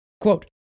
Quote